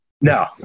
no